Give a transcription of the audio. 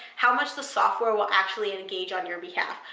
how much the software will actually engage on your behalf.